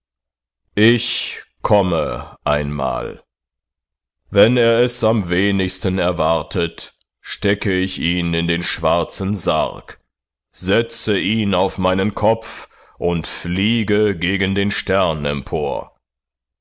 ich komme einmal wenn er es am wenigsten erwartet stecke ich ihn in den schwarzen sarg setze ihn auf meinen kopf und fliege gegen den